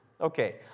okay